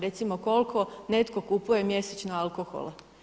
Recimo koliko netko kupuje mjesečno alkohola?